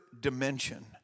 dimension